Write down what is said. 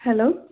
hello